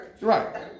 Right